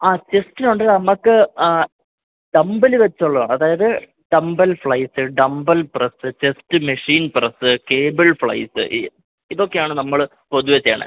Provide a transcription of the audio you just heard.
ആ chest round നമുക്ക് dumbbell വെച്ചുള്ളതാണ് അതായത് dumbbell flies dumbbell press chest machine press cable flies ഇതൊക്കെയാണ് നമ്മള് പൊതുവേ ചെയ്യുന്നത്